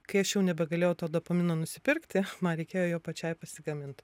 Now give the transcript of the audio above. kai aš jau nebegalėjau to dopamino nusipirkti man reikėjo jo pačiai pasigamint